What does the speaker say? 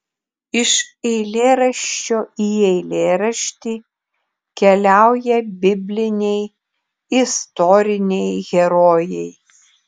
iš eilėraščio į eilėraštį keliauja bibliniai istoriniai herojai